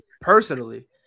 personally